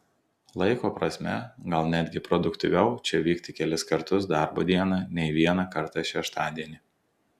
laiko prasme gal netgi produktyviau čia vykti kelis kartus darbo dieną nei vieną kartą šeštadienį